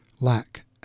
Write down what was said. lack